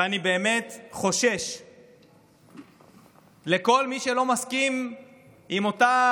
ואני באמת חושש לכל מי שלא מסכים עם אותה